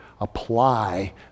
apply